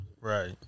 Right